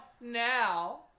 now